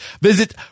visit